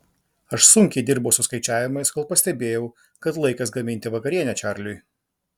aš sunkiai dirbau su skaičiavimais kol pastebėjau kad laikas gaminti vakarienę čarliui